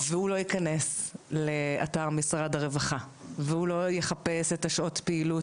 הוא לא ייכנס לאתר משרד הרווחה והוא לא יחפש את שעות הפעילות.